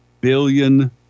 billion